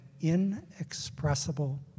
inexpressible